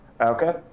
Okay